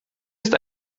ist